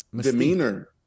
Demeanor